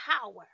power